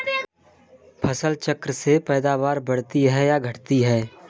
फसल चक्र से पैदावारी बढ़ती है या घटती है?